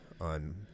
on